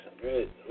Great